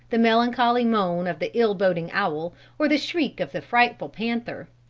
the melancholy moan of the ill-boding owl or the shriek of the frightful panther.